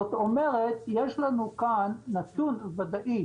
זאת אומרת שיש לנו כאן נתון ודאי